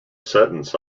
sentence